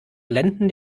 blenden